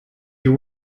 you